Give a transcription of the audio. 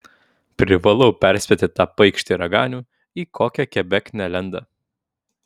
privalau perspėti tą paikšį raganių į kokią kebeknę lenda